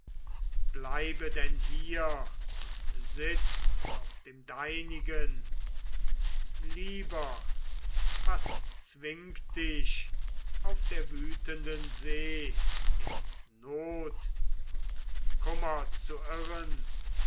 bleibe denn hier und sitz auf dem deinigen lieber was zwingt dich auf der wütenden see in not und kummer zu irren